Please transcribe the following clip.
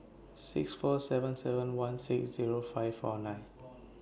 six four seven seven one six Zero five four nine